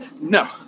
No